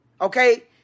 okay